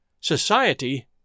Society